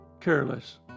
Careless